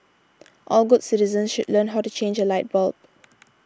all good citizens should learn how to change a light bulb